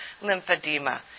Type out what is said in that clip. lymphedema